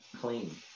clean